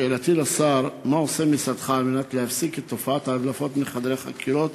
שאלתי לשר: מה עושה משרדך כדי להפסיק את תופעת ההדלפות מחדרי חקירות